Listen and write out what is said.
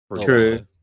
True